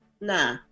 nah